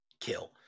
kill